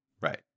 right